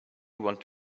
want